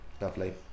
lovely